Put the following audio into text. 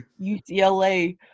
UCLA